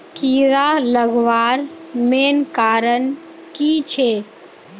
कीड़ा लगवार मेन कारण की छे?